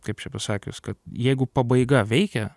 kaip čia pasakius kad jeigu pabaiga veikia